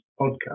podcast